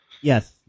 Yes